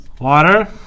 water